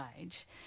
age